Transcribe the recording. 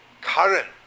current